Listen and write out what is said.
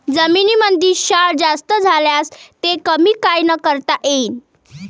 जमीनीमंदी क्षार जास्त झाल्यास ते कमी कायनं करता येईन?